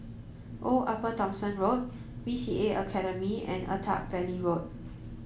Old Upper Thomson Road B C A Academy and Attap Valley Road